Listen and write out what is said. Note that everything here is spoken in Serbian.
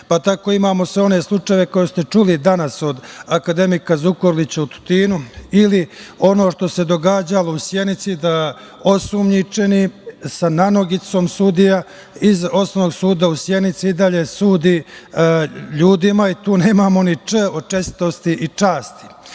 pa tako imamo sve one slučajeve koje ste čuli danas od akademika Zukorlića, o Tutinu, ili ono što se događalo u Sjenici da osumnjičeni sa nanogicom sudija iz osnovnog suda u Sjenici, i dalje sudi ljudima i tu nemamo ni „č“ od čestitosti i časti. Isto